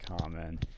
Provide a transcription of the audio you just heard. common